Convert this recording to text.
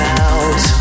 out